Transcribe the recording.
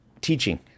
teaching